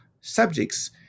subjects